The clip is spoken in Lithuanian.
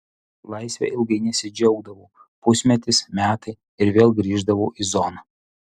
laisve ilgai nesidžiaugdavau pusmetis metai ir vėl grįždavau į zoną